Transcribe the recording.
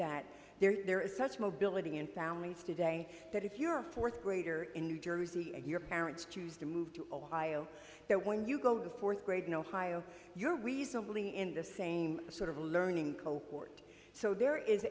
that there is such mobility in families today that if you're a fourth grader in new jersey and your parents choose to move to ohio that when you go to fourth grade in ohio you're recently in the same sort of learning co port so there is